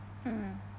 mm